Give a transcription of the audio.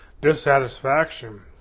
dissatisfaction